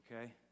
Okay